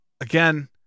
Again